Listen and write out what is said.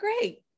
great